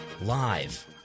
live